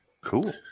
cool